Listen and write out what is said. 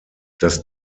das